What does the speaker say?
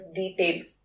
details